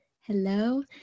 Hello